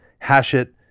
hashit